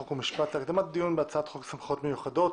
חוק ומשפט להקדמת הדיון בהצעת חוק סמכויות מיוחדות